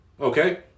okay